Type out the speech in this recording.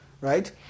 right